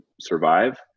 survive